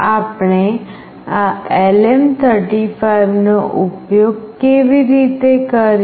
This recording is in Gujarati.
આપણે આ LM35 નો ઉપયોગ કેવી રીતે કરીએ